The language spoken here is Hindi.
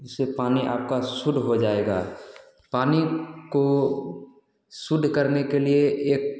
इससे पानी आपका शुद्ध हो जाएगा पानी को शुद्ध करने के लिए एक